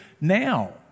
Now